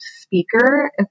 speaker